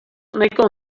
nahiko